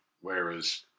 whereas